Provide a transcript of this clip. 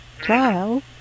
Trial